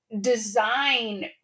design